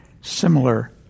similar